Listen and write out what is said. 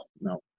no